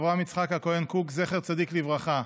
זכר צדיק לברכה,